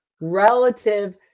relative